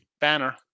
banner